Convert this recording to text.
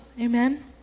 amen